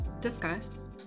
discuss